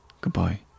goodbye